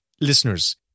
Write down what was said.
Listeners